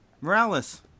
Morales